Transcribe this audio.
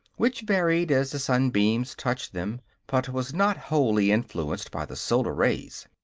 which varied as the sunbeams touched them but was not wholly influenced by the solar rays.